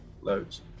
loads